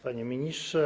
Panie Ministrze!